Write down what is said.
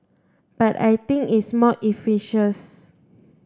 but I think it's more